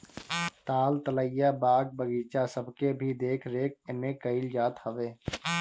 ताल तलैया, बाग बगीचा सबके भी देख रेख एमे कईल जात हवे